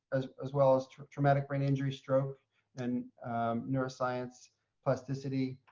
as, as well as traumatic brain injury stroke and neuroscience plasticity,